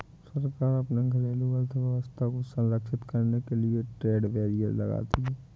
सरकार अपने घरेलू अर्थव्यवस्था को संरक्षित करने के लिए ट्रेड बैरियर लगाती है